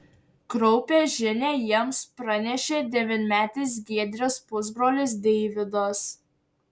kraupią žinią jiems pranešė devynmetis giedrės pusbrolis deividas